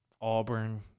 Auburn